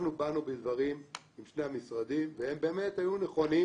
אנחנו באנו בדברים עם שני המשרדים, והם היו נכונים